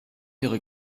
ihre